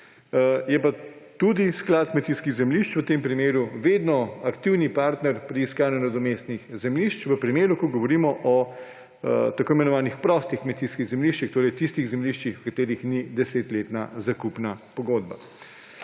tudi sklad kmetijskih zemljišč vedno aktiven partner pri iskanju nadomestnih zemljišč v primeru, ko govorimo o tako imenovanih prostih kmetijskih zemljiščih, torej tistih zemljiščih, pri katerih ni desetletne zakupne pogodbe.